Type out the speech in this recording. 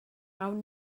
awn